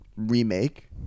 Remake